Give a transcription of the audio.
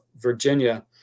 Virginia